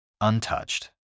Untouched